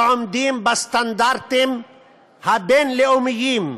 שעומדים בסטנדרטים הבין-לאומיים,